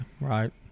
right